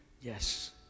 yes